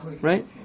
right